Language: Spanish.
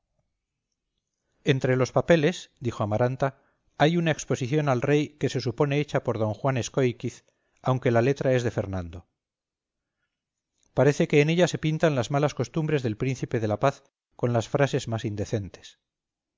entre los papeles dijo amaranta hay una exposición al rey que se supone hecha por d juan escóiquiz aunque la letra es de fernando parece que en ella se pintan las malas costumbres del príncipe de la paz con las frases más indecentes